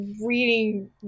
reading